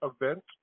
event